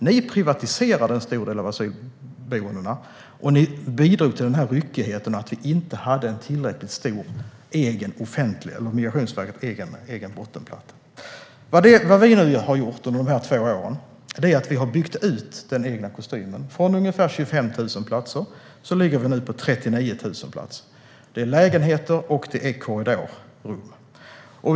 Ni privatiserade en stor del av asylboendena, och ni bidrog till ryckigheten genom att Migrationsverket inte fick en tillräckligt stor egen bottenplatta. Vad vi har gjort under de senaste två åren är att vi har byggt ut den egna kostymen. Från att ha varit ungefär 25 000 platser är det nu 39 000 platser i lägenheter och korridorrum.